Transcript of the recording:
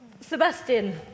Sebastian